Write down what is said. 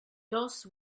doss